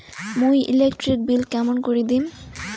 মুই electric bill কেমন করি দিম?